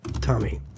Tommy